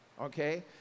Okay